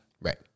Right